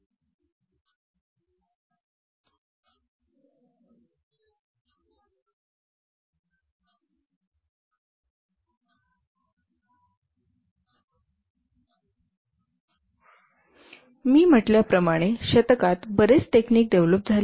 मी म्हटल्याप्रमाणे शतकात बरेच टेक्निक डेव्हलप झाले आहेत